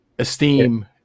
Esteem